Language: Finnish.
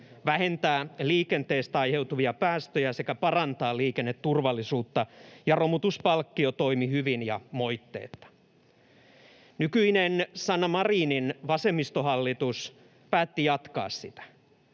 vähentää liikenteestä aiheutuvia päästöjä sekä parantaa liikenneturvallisuutta, ja romutuspalkkio toimi hyvin ja moitteetta. Nykyinen, Sanna Marinin vasemmistohallitus päätti jatkaa sitä.